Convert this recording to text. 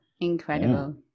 incredible